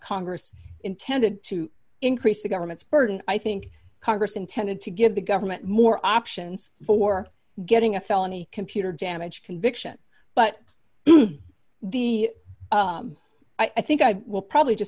congress intended to increase the government's burden i think congress intended to give the government more options for getting a felony computer damage conviction but the i think i will probably just